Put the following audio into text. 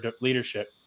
leadership